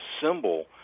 symbol